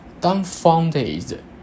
dumbfounded